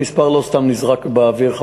המספר 50 לא סתם נזרק באוויר.